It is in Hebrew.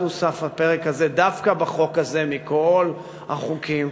הוסף הפרק הזה דווקא בחוק הזה מכל החוקים.